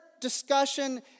discussion